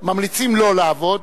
ממליצים לא לעבוד,